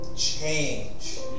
change